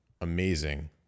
amazing